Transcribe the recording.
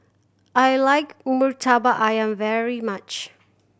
I like Murtabak Ayam very much